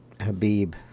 Habib